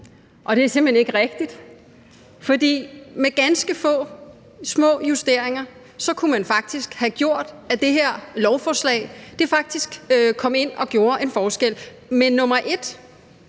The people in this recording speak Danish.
Og det er simpelt hen ikke rigtigt, for med ganske få og små justeringer kunne man have gjort sådan, at det her lovforslag faktisk kom ind og gjorde en forskel. Men punkt